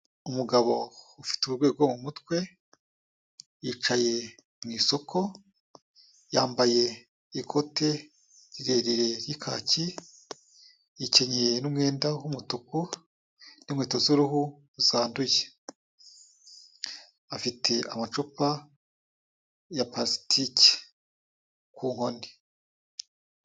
Umugabo ufite uburwayi bwo mu mutwe, yicaye mu isoko, yambaye ikote rirerire ry'ikaki, Akenyeye n'umwenda w'umutuku n'inkweto z'uruhu zanduye. Afite amacupa ya purasitiki ku nkoni.